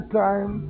time